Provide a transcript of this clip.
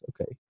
Okay